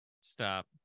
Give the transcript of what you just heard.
stop